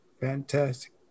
Fantastic